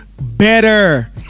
better